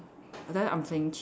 but then I'm playing cheat ah